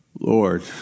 Lord